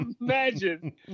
imagine